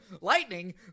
Lightning